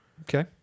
Okay